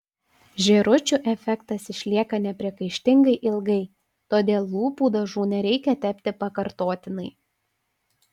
žėručių efektas išlieka nepriekaištingai ilgai todėl lūpų dažų nereikia tepti pakartotinai